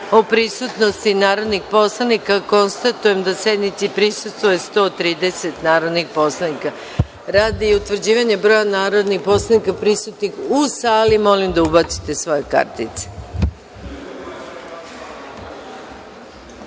o prisutnosti narodnih poslanika, konstatujem da sednici prisustvuje 130 narodnih poslanika. Radi utvrđivanja broja narodnih poslanika prisutnih u sali, molim narodne poslanike